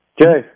Jay